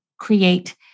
create